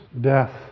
death